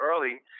early